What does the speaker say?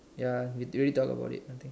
ya we already talk about it I think